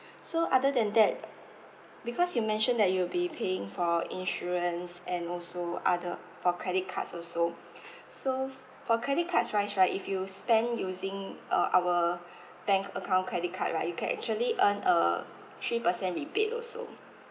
so other than that because you mentioned that you'll be paying for insurance and also other for credit cards also so for credit cards wise right if you spend using uh our bank account credit card right you can actually earn a three percent rebate also